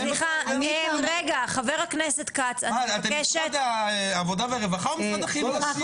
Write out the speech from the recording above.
אבל הרמה הפרטית נגזרת --- אתם משרד העבודה והרווחה או משרד החינוך?